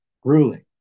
grueling